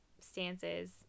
stances